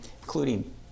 including